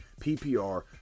PPR